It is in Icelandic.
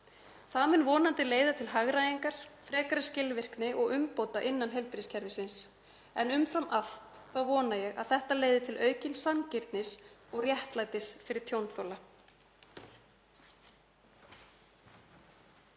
Það mun vonandi leiða til hagræðingar, frekari skilvirkni og umbóta innan heilbrigðiskerfisins en umfram allt vona ég að þetta leiði til aukinnar sanngirni og réttlætis fyrir tjónþola.